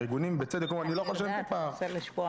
הארגונים בצדק אומרים, אני לא יכול לשלם את הפער.